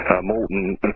molten